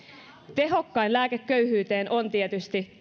tehokkain lääke köyhyyteen on tietysti